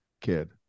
kid